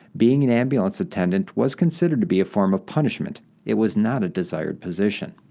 being an ambulance attendant was considered to be a form of punishment it was not a desired position.